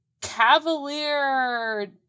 cavalier